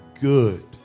good